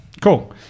Cool